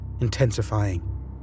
intensifying